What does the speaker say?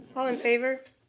all in favor?